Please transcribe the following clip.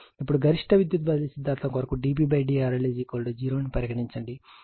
ఇప్పుడు గరిష్ట విద్యుత్ బదిలీ సిద్ధాంతం కొరకు d P dRL 0 ను పరిగణించండి